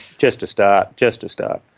just to start, just to start.